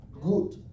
good